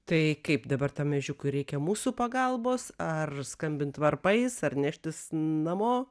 tai kaip dabar tam ežiukui reikia mūsų pagalbos ar skambint varpais ar neštis namo